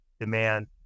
demand